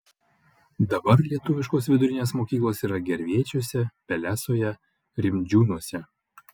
dabar lietuviškos vidurinės mokyklos yra gervėčiuose pelesoje rimdžiūnuose